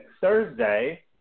Thursday